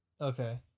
okay